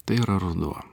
tai yra ruduo